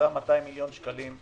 אותם 200 מיליון שקלים,